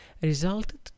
resulted